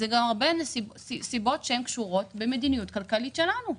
יש גם הרבה סיבות שקשורות במדיניות הכלכלית שלנו.